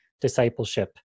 discipleship